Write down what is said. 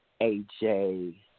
AJ